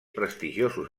prestigiosos